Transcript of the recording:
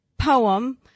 poem